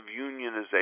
unionization